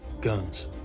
Guns